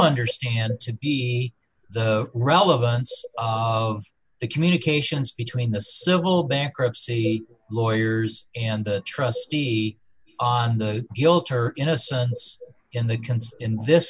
understand to be the relevance of the communications between the civil bankruptcy lawyers and the trustee on the guilt or innocence in the